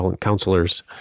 counselors